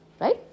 right